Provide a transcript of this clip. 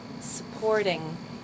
supporting